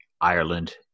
ireland